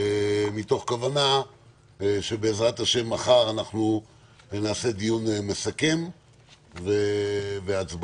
מתוך כוונה בעזרת השם שמחר נעשה דיון מסכם והצבעות.